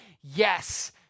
yes